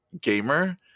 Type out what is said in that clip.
gamer